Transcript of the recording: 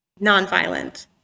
nonviolent